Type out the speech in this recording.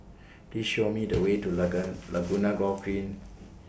Please Show Me The Way to Laguna Golf Green